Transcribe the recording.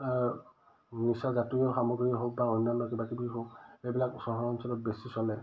নিচা জাতীয় সামগ্ৰী হওক বা অন্যান্য কিবাকিবি হওক এইবিলাক চহৰ অঞ্চলত বেছি চলে